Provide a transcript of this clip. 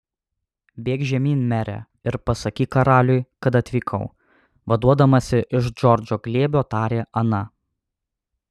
bėk žemyn mere ir pasakyk karaliui kad atvykau vaduodamasi iš džordžo glėbio tarė ana